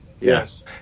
yes